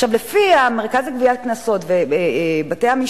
לפי מרכז הגבייה לקנסות ובתי-המשפט,